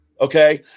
Okay